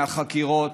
מהחקירות,